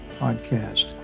podcast